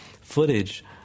footage